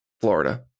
Florida